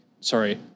Sorry